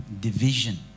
division